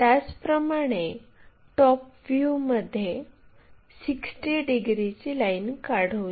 त्याचप्रमाणे टॉप व्ह्यूमध्ये 60 डिग्रीची लाईन काढूया